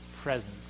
presence